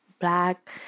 black